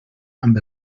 amb